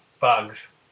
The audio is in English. bugs